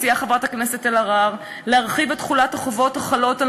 חברת הכנסת אלהרר מציעה להרחיב את תחולת החובות החלות על